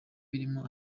birimo